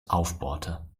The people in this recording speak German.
aufbohrte